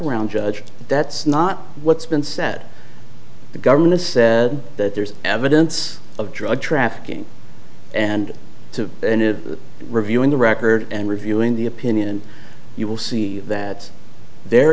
around judge that's not what's been said the government has said that there's evidence of drug trafficking and to the end of the reviewing the record and reviewing the opinion you will see that there